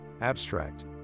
Abstract